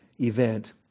event